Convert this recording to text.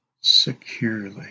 securely